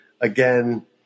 again